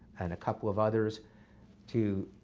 and a couple of others to